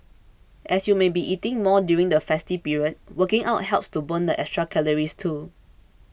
as you may be eating more during the festive period working out helps to burn the extra calories too